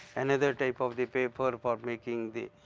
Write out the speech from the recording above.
another type of the paper for making the,